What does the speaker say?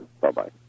Bye-bye